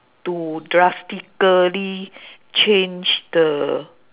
to drastically change the